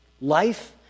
life